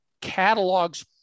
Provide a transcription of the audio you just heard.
catalogs